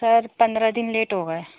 سر پندرہ دن لیٹ ہو گئے